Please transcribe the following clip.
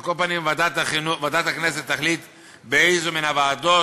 על כל פנים, ועדת הכנסת תחליט באיזו מן הוועדות